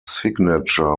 signature